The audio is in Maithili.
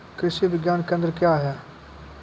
कृषि विज्ञान केंद्र क्या हैं?